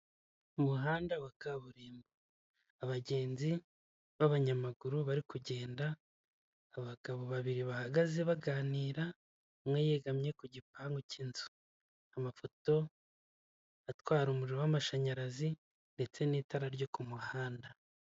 Umuhanda wa kaburimbo abagenzi b'abanyamaguru bari kugenda, abagabo babiri bahagaze baganira, umwe yegamye kugipangu cy'inzu. Amapoto atwara umuriro w'amashanyarazi ndetse n'itara ryo kumuhanda.